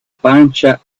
pancia